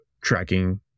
tracking